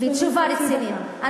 ותשובה רצינית.